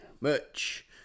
Merch